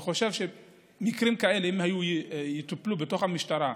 אני חושב שמקרים כאלה יטופלו בתוך המשטרה,